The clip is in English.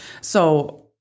So-